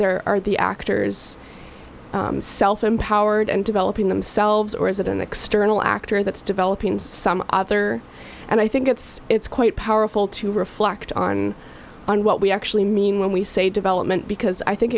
there are the actors self empowered and developing themselves or is it an external actor that's developing some other and i think it's it's quite powerful to reflect on what we actually mean when we say development because i think